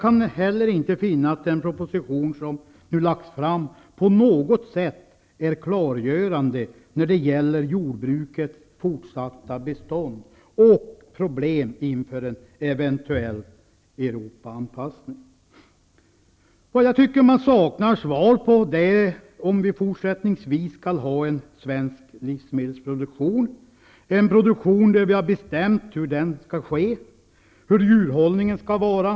Vidare kan jag inte finna att den proposition som nu har lagts fram på något sätt är klargörande när det gäller jordbrukets fortsatta bestånd och problemen inför en eventuell Europaanpassning. Jag tycker att det saknas svar på frågan om vi fortsättningsvis skall ha en svensk livsmedelsproduktion, en produktion där vi har bestämt sättet för hur den skall ske och hur djurhållningen skall vara.